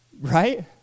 Right